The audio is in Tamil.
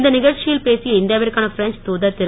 இந்த நிகழ்ச்சியில் பேசிய இந்தியாவிற்கான பிரெஞ்ச் தூதர் திரு